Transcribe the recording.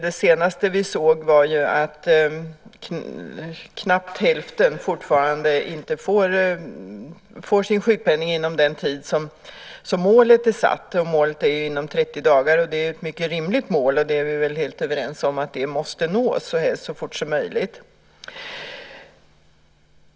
Det senaste vi såg var att knappt hälften fortfarande inte får sin sjukpenning inom den tid som är målet, och målet är ju att det ska ske inom 30 dagar. Det är ett mycket rimligt mål, och vi är väl helt överens om att det måste nås så fort som möjligt.